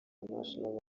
international